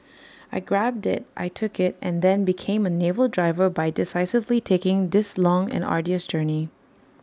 I grabbed IT I took IT and then became A naval diver by decisively taking this long and arduous journey